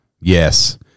Yes